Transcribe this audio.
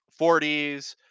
40s